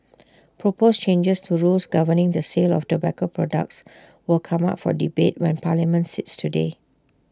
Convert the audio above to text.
proposed changes to rules governing the sale of tobacco products will come up for debate when parliament sits today